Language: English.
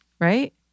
Right